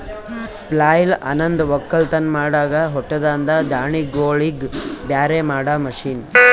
ಪ್ಲಾಯ್ಲ್ ಅನಂದ್ ಒಕ್ಕಲತನ್ ಮಾಡಾಗ ಹೊಟ್ಟದಾಂದ ದಾಣಿಗೋಳಿಗ್ ಬ್ಯಾರೆ ಮಾಡಾ ಮಷೀನ್